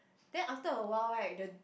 then after awhile right the